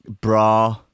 bra